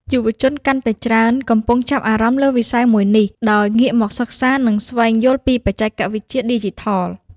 យុវជនកាន់តែច្រើនកំពុងចាប់អារម្មណ៍លើវិស័យមួយនេះ ដោយងាកមកសិក្សា និងស្វែងយល់ពីបច្ចេកវិទ្យាឌីជីថល។